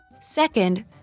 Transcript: Second